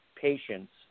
patients